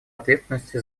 ответственности